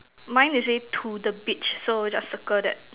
mine they say to the beach so just circle that